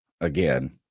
again